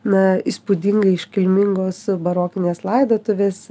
na įspūdingai iškilmingos barokinės laidotuvės